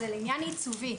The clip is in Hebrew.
זה לעניין עיצובי.